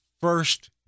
first